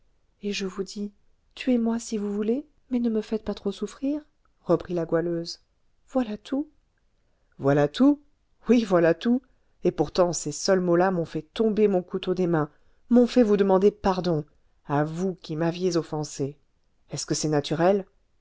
et je vous dis tuez-moi si vous voulez mais ne me faites pas trop souffrir reprit la goualeuse voilà tout voilà tout oui voilà tout et pourtant ces seuls mots-là m'ont fait tomber mon couteau des mains m'ont fait vous demander pardon à vous qui m'aviez offensée est-ce que c'est naturel